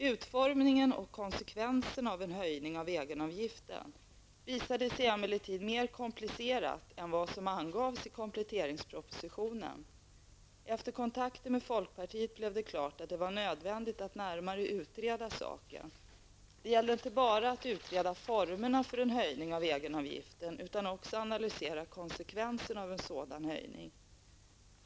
Utformningen och konsekvenserna av en höjning av egenavgiften visade sig emellertid mer komplicerade än vad som angavs i kompletteringspropositionen. Efter kontakter med folkpartiet blev det klart att det var nödvändigt att närmare utreda saken. Det gällde inte bara att utreda formerna för en höjning av egenavgiften utan också analysera konsekvenserna av en sådan höjning.